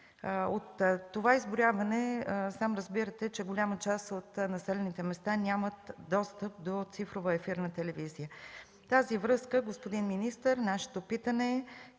От това изброяване сам разбирате, че голяма част от населените места нямат достъп до цифрова ефирна телевизия. В тази връзка, господин министър, нашето питане е: